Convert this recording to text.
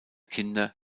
kinder